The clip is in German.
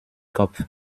kopf